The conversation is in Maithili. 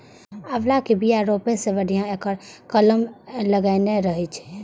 आंवला के बिया रोपै सं बढ़िया एकर कलम लगेनाय रहै छै